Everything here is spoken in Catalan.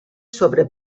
sobre